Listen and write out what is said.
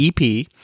EP